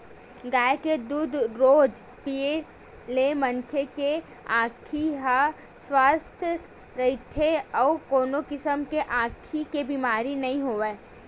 गाय के दूद रोज पीए ले मनखे के आँखी ह सुवस्थ रहिथे अउ कोनो किसम के आँखी के बेमारी नइ होवय